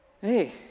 hey